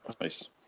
nice